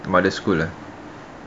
mother school eh